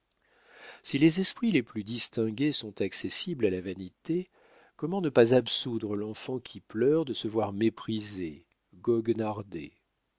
si les esprits les plus distingués sont accessibles à la vanité comment ne pas absoudre l'enfant qui pleure de se voir méprisé goguenardé